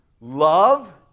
love